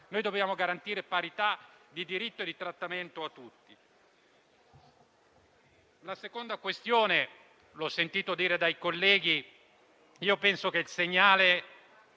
Noi dobbiamo garantire parità di diritto e di trattamento a tutti. Come ho sentito dire dai colleghi, penso che il segnale